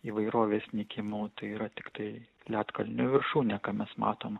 įvairovės nykimu tai yra tiktai ledkalnio viršūnė ką mes matom